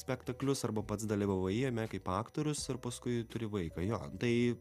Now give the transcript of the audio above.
spektaklius arba pats dalyvavai jame kaip aktorius ir paskui turi vaiką jo tai